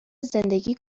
زندگی